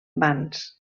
vans